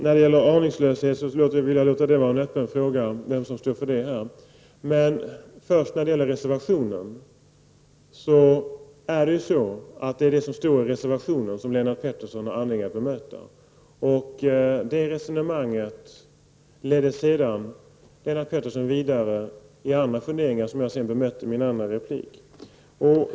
Fru talman! Jag vill låta det vara en öppen fråga vem som står för aningslösheten här. Det är det som står i reservationen som Lennart Pettersson har anledning att bemöta. Det resonemanget ledde sedan Lennart Pettersson vidare till andra funderingar, som jag bemötte i min andra replik.